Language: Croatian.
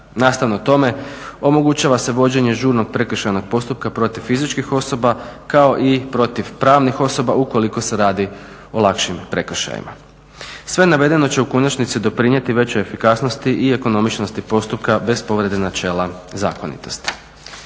nastavno tome omogućava se vođenje žurnog prekršajnog postupka protiv fizičkih osoba kao i protiv pravnih osoba ukoliko se radi o lakšim prekršajima. Sve navedeno će u konačnici doprinijeti većoj efikasnosti i ekonomičnosti postupka bez povrede načela zakonitosti.